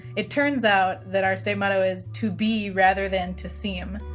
it turns out that our state motto is to be rather than to seem,